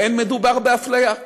ולא מדובר באפליה.